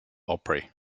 opry